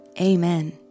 Amen